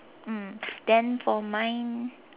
mm then for mine